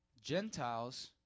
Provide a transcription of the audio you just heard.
Gentiles